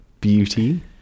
beauty